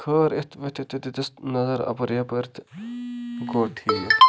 خٲر یُتھ دیُتُس نظر اَپٲرۍ یَپٲرۍ تہٕ گوٚو ٹھیٖک